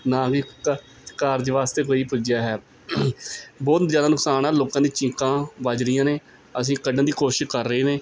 ਨਾ ਹੀ ਕ ਕਾਰਜ ਵਾਸਤੇ ਕੋਈ ਪੁੱਜਿਆ ਹੈ ਬਹੁਤ ਜ਼ਿਆਦਾ ਨੁਕਸਾਨ ਆ ਲੋਕਾਂ ਦੀ ਚੀਕਾਂ ਵੱਜ ਰਹੀਆਂ ਨੇ ਅਸੀਂ ਕੱਢਣ ਦੀ ਕੋਸ਼ਿਸ਼ ਕਰ ਰਹੇ ਨੇ